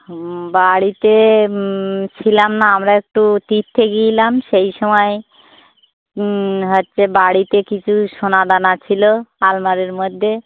হুম বাড়িতে ছিলাম না আমরা একটু তীর্থে গিয়েছিলাম সেই সময় হচ্ছে বাড়িতে কিছু সোনা দানা ছিলো আলমারির মধ্যে